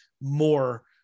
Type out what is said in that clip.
more